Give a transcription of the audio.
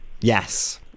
Yes